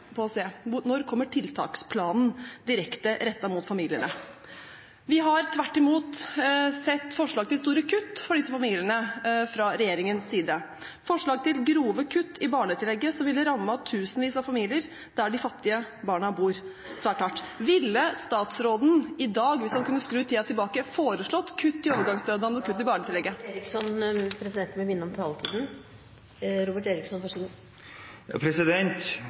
på å se: Når kommer tiltaksplanen direkte rettet mot familiene? Vi har tvert imot sett forslag til store kutt for disse familiene fra regjeringens side, forslag til grove kutt i barnetillegget, som ville rammet tusenvis av familier der de fattige barna bor, svært hardt. Ville statsråden i dag, hvis en kunne skru tiden tilbake, foreslått kutt i overgangsstønaden og kutt i barnetillegget? Presidenten vil minne om taletiden.